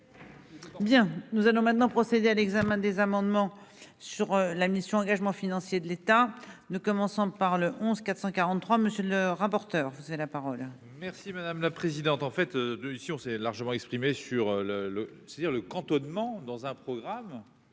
Bien, nous allons maintenant procéder à l'examen des amendements sur la mission Engagements financiers de l'État ne commençons par le onze 443 monsieur le rapporteur, vous avez la parole. Si madame la présidente, en fait de ici on s'est largement exprimé sur le le c'est-à-dire le cantonnement dans un programme